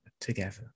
together